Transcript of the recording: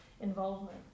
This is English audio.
involvement